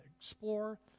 explore